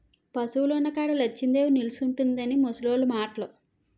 పశువులున్న కాడ లచ్చిందేవి నిలుసుంటుందని ముసలోళ్లు మాటలు